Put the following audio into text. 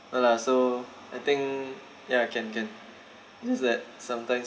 no lah so I think ya can can it's just that sometimes